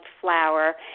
flour